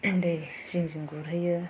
दै जिं जिं गुर हैयो